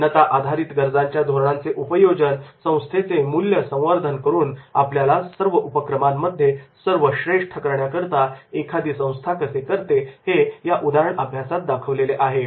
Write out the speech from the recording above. भिन्नता आधारित गरजांच्या धोरणांचे उपयोजन संस्थेचे मूल्यसंवर्धन करून आपल्या सर्व उपक्रमांमध्ये सर्वश्रेष्ठ करण्याकरिता एखादी संस्था कसे करते हे या उदाहरण अभ्यासात दाखविलेले आहे